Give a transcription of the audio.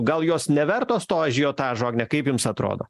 gal jos nevertos to ažiotažo agne kaip jums atrodo